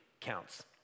counts